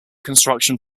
construction